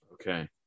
Okay